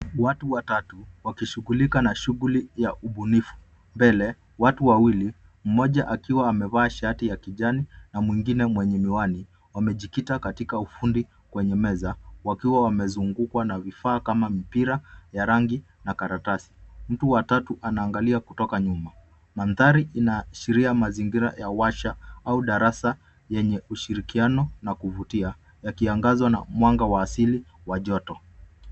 Watu watatu wanashirikiana katika shughuli za ubunifu. Wawili wakiwa wamekaa, mmoja amevaa shati la rangi ya kijani na mwingine akiwa na miwani, wanajishughulisha na kazi za ufundi kwenye meza, wakiwa na vifaa kama mipira, rangi, na karatasi. Mtu wa tatu anashikilia kitu na kuangalia kutoka nyuma. Mandari unaonyesha mazingira ya shule au darasa lenye ushirikiano, uvumilivu, na ukarimu.